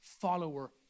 follower